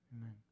Amen